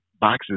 boxes